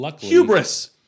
Hubris